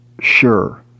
sure